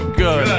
good